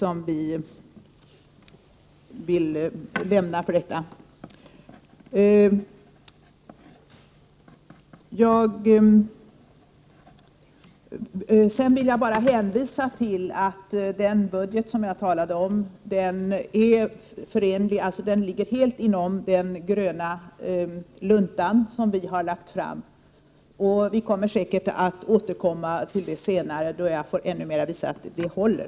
Låt mig vidare bara hänvisa till att den budget som jag tidigare talade om ligger helt inom den gröna lunta som vi har lagt fram. Vi får säkert tillfälle att återkomma till den, och då skall jag visa att budgeten håller.